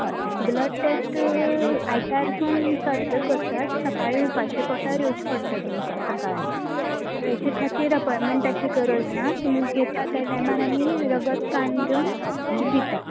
हय blood test आयतार सुन सद्दां करतात सकाळीं उपाशीॆं पोटार येवचें पडटा तुमका सकाळीं तेचे खातीर अपोंयंटमेंटाची गरज ना तुमी येता त्या टायमार आमी रगत काण घेवन दितात